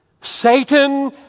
Satan